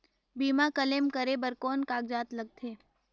बीमा क्लेम करे बर कौन कागजात लगथे?